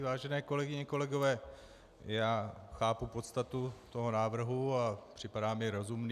Vážené kolegyně, kolegové, já chápu podstatu toho návrhu a připadá mi rozumný.